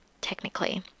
technically